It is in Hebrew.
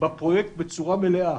בפרויקט בצורה מלאה.